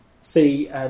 see